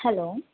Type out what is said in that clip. hello